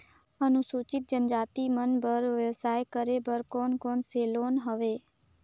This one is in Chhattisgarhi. अनुसूचित जनजाति मन बर व्यवसाय करे बर कौन कौन से लोन हवे?